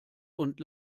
und